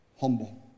humble